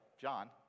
John